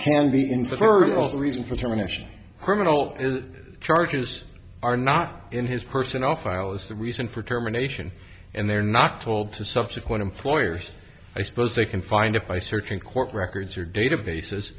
current reason for termination criminal charges are not in his personnel file is the reason for terminations and they're not told to subsequent employers i suppose they can find it by searching court records or databases